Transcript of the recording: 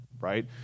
right